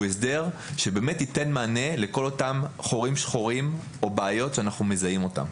הסדר שייתן מענה לכל אותם חורים שחורים או בעיות שאנחנו מזהים אותן.